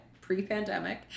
pre-pandemic